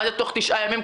מה זה תוך תשעה ימים?